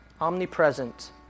omnipresent